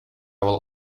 will